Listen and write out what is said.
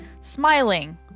smiling